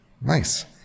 nice